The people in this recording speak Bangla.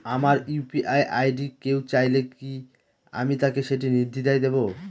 আমার ইউ.পি.আই আই.ডি কেউ চাইলে কি আমি তাকে সেটি নির্দ্বিধায় দেব?